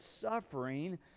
suffering